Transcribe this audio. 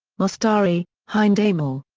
mostari, hind amel.